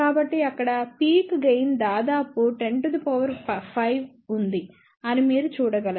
కాబట్టి అక్కడ peak gain దాదాపు 105 ఉంది అని మీరు చూడగలరు